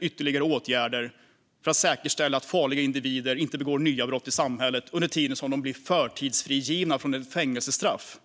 ytterligare åtgärder för att säkerställa att farliga individer inte begår nya brott i samhället under den tid som de blir förtidsfrigivna från ett fängelsestraff.